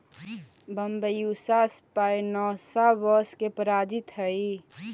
Bambusa spinosa बाँस के प्रजाति हइ